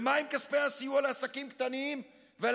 ומה עם כספי הסיוע לעסקים קטנים ולעצמאים